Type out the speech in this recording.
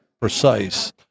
precise